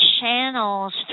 channels